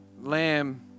lamb